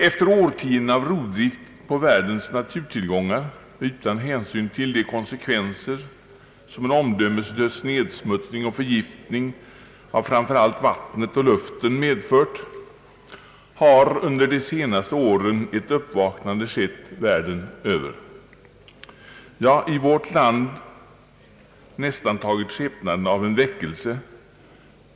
Efter årtionden av rovdrift av världens naturtillgångar och utan hänsyn till de konsekvenser som en omdömeslös nedsmutsning och förgiftning av framför allt vattnet och luften medfört har under de senaste åren ett uppvaknande skett världen över. I vårt land har det nästan tagit skepnaden av en väckelse.